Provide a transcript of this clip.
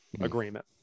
agreement